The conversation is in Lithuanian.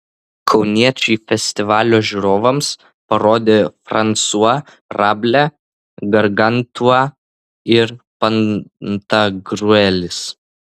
kauniečiai festivalio žiūrovams parodė fransua rablė gargantiua ir pantagriuelis